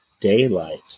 daylight